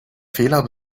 fehler